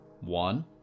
One